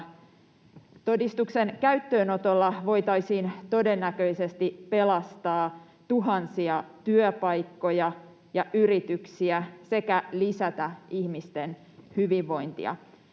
Todistuksen käyttöönotolla voitaisiin todennäköisesti pelastaa tuhansia työpaikkoja ja yrityksiä sekä lisätä ihmisten hyvinvointia.